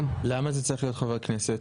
למה זה צריך להיות חברי כנסת?